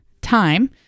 time